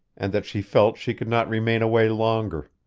and that she felt she could not remain away longer.